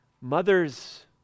Mothers